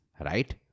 right